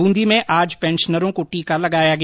ब्रंदी में आज पेंशनरों को टीका लगाया गया